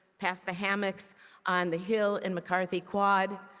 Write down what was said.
past the hammocks on the hill in mccarthy quad,